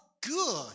good